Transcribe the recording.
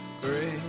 great